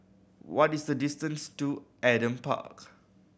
what is the distance to Adam Park